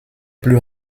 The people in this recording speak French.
plus